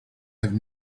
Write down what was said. have